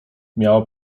miała